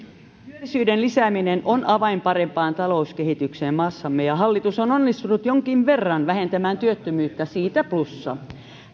työllisyyden lisääminen on avain parempaan talouskehitykseen maassamme ja hallitus on onnistunut jonkin verran vähentämään työttömyyttä siitä plussa